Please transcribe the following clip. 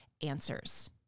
answers